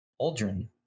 Aldrin